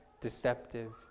deceptive